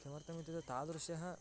किमर्थमित्युते तादृशः